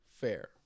fair